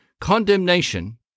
condemnation